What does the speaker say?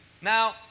Now